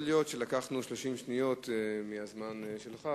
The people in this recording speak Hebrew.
הקבוצה השנייה היא קבוצה מאוד בעייתית,